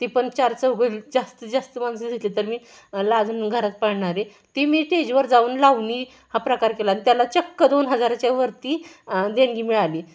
ते पण चारचौघं जास्तीत जास्त माणसं दिसली तर मी लाजून घरात पाळणारी ती मी स्टेजवर जाऊन लावणी हा प्रकार केला आणि त्याला चक्क दोन हजाराच्या वरती देणगी मिळाली